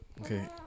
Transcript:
Okay